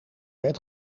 bed